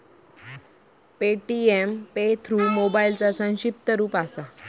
Paytm pay through मोबाईलचा संक्षिप्त रूप असा